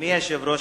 אדוני היושב-ראש,